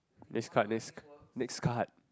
next card next next card